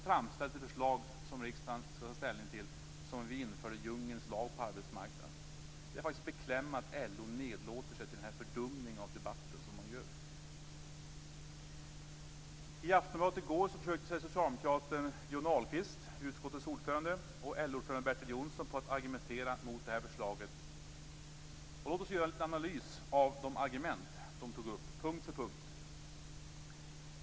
framställs det förslag som riksdagen skall ta ställning till som om vi införde djungelns lag på arbetsmarknaden. Det är faktiskt beklämmande att LO nedlåter sig till den fördumning av debatten som man gör. ordföranden Bertil Jonsson på att argumentera mot förslaget. Låt oss göra en liten analys av de argument som de tog upp, punkt för punkt.